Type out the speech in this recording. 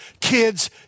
kids